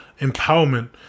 empowerment